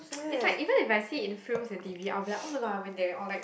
it's like even if I see it in films and T_V I'm be like [oh]-my-god I went there or like